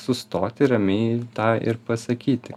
sustoti ramiai tą ir pasakyti